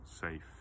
safe